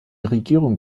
regierung